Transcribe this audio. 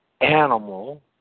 animal